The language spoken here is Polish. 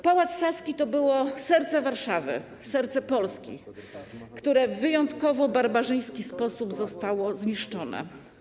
Pałac Saski to było serce Warszawy, serce Polski, które w wyjątkowo barbarzyński sposób zostało zniszczone.